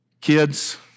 kids